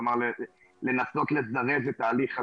כלומר לנסות לזרז את ההליך הזה,